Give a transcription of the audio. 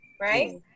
right